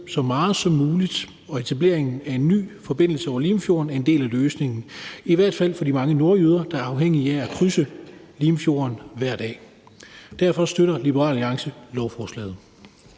så meget som muligt, og etableringen af en ny forbindelse over Limfjorden er en del af løsningen, i hvert fald for de mange nordjyder, der er afhængige af at krydse Limfjorden hver dag. Derfor støtter Liberal Alliance lovforslaget.